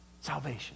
Salvation